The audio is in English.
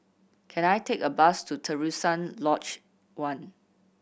can I take a bus to Terusan Lodge One